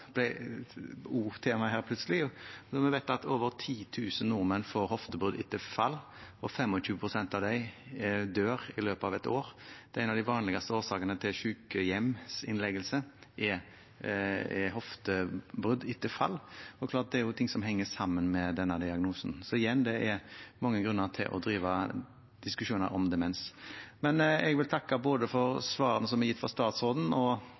også tema her plutselig. Vi vet at over 10 000 nordmenn får hoftebrudd etter fall, og 25 pst. av dem dør i løpet av et år. En av de vanligste årsakene til sykehjeminnleggelse er hoftebrudd etter fall. Det er noe som henger sammen med denne diagnosen. Igjen: Det er mange grunner til å ha diskusjoner om demens. Jeg vil takke både for svarene som er gitt fra statsråden, og